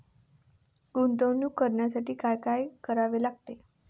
गुंतवणूक करण्यासाठी काय करायला लागते?